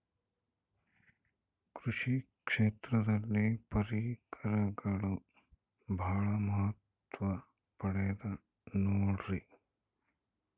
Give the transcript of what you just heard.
ಕೃಷಿ ಕ್ಷೇತ್ರದಲ್ಲಿ ಪರಿಕರಗಳು ಬಹಳ ಮಹತ್ವ ಪಡೆದ ನೋಡ್ರಿ?